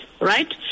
Right